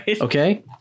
okay